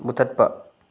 ꯃꯨꯊꯠꯄ